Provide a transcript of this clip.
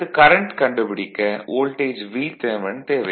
அடுத்து கரண்ட் கண்டுபிடிக்க voltage Vth தேவை